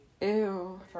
Ew